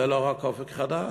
זה לא רק "אופק חדש".